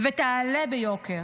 ותעלה ביוקר.